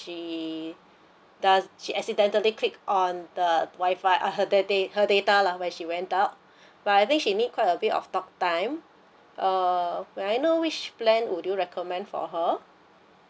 she does she accidentally clicked on the wi fi uh the da~ her data lah when she went out but I think she need quite a bit of talk time err may I know which plan would you recommend for her